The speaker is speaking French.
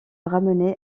ramenée